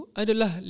adalah